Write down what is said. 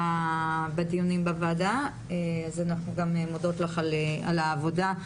ישבת בדיונים בוועדה אז אנחנו מודות לך גם על העבודה,